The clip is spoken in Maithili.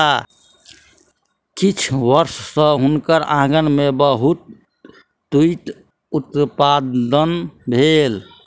किछ वर्ष सॅ हुनकर आँगन में बहुत तूईत उत्पादन भेल